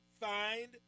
find